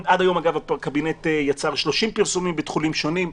עד היום הקבינט יצר 30 פרסומים בתחומים שונים,